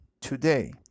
today